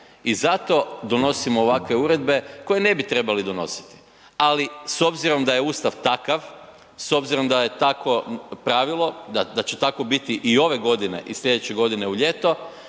i zato donosimo ovakve uredbe koje ne bi trebali donositi ali s obzirom da je Ustav takav, s obzirom da je tako pravilo, da će tako biti i ove godine i slijedeće godine u ljeto,